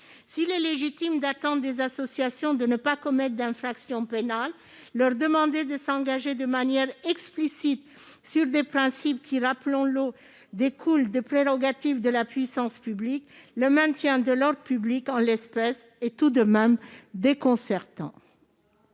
S'il est légitime d'attendre des associations qu'elles s'abstiennent de commettre des infractions pénales, leur demander de s'engager de manière explicite sur des principes qui, rappelons-le, découlent de prérogatives de puissance publique, du maintien de l'ordre public en l'espèce, est tout de même déconcertant.